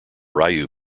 ryu